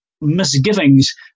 misgivings